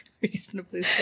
Reasonably